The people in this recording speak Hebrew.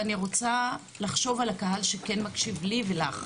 ואני רוצה לחשוב על הקהל שכן מקשיב לי ולך.